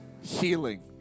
healing